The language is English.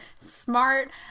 smart